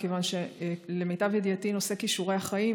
מכיוון שלמיטב ידיעתי נושא כישורי החיים